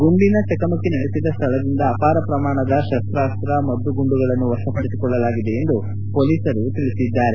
ಗುಂಡಿನ ಚಕಮಕಿ ನಡೆಸಿದ ಸ್ಥಳದಿಂದ ಅಪಾರ ಪ್ರಮಾಣದ ಶಸ್ತಾಸ್ತ್ರ ಮದ್ದುಗುಂಡುಗಳನ್ನು ವಶಪಡಿಸಿಕೊಳ್ಳಲಾಗಿದೆ ಎಂದು ಪೊಲೀಸರು ತಿಳಿಸಿದ್ದಾರೆ